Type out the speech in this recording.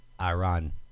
Iran